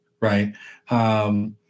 right